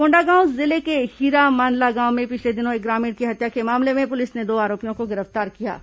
कोंडागांव जिले के हीरामांदला गांव में पिछले दिनों एक ग्रामीण की हत्या के मामले में पुलिस ने दो आरोपियों को गिरफ्तार किया है